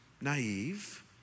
naive